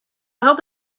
hope